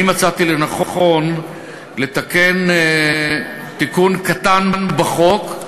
אני מצאתי לנכון לתקן תיקון קטן בחוק,